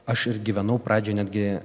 aš ir gyvenau pradžioj netgi